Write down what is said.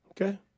okay